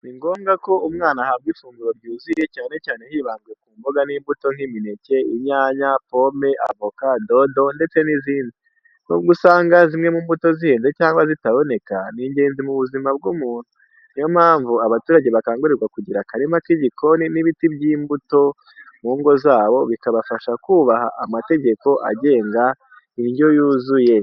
Ni ngombwa ko umwana ahabwa ifunguro ryuzuye, cyane cyane hibanzwe ku mboga n’imbuto nk’imineke, inyanya, pome, avoka, dodo ndetse n’izindi. Nubwo usanga zimwe mu mbuto zihenze cyangwa zitaboneka, ni ingenzi mu buzima bw’umuntu. Niyo mpamvu abaturage bakangurirwa kugira akarima k’igikoni n’ibiti by’imbuto mu ngo zabo, bikabafasha kubaha amategeko agenga indyo yuzuye.